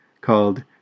called